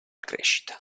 crescita